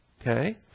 Okay